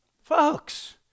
Folks